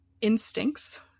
instincts